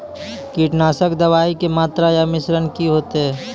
कीटनासक दवाई के मात्रा या मिश्रण की हेते?